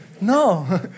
No